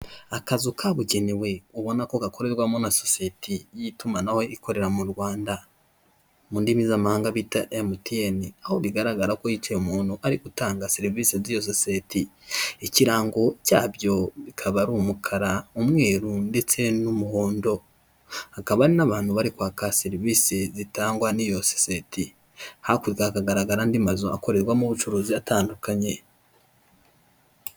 Akazu kabugenewe ubona ko gakorerwamo na sosiyete y'itumanaho ikorera mu Rwanda mu ndimi z'amahanga bita emutiyene, aho bigaragara ko hicaye umuntu ari gutanga serivisi z'iyo sosiyete, ikirango cyabyo bikaba ari umukara, umweru ndetse n'umuhondo. Hakaba hari n'abantu bari kwaka serivisi zitangwa n'iyo sosiyeti, hakurya hakagaragara andi mazu akorerwamo ubucuruzi atandukanye.